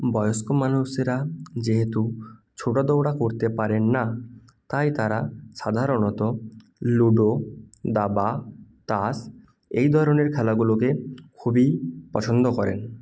বয়স্ক মানুষেরা যেহেতু ছোটা দৌড়া করতে পারেন না তাই তারা সাধারণত লুডো দাবা তাস এই ধরনের খেলাগুলোকে খুবই পছন্দ করেন